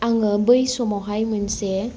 आङो बै समावहाय मोनसे